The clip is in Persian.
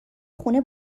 خونه